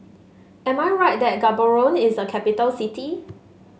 am I right that Gaborone is a capital city